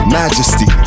majesty